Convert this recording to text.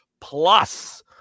Plus